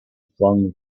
flung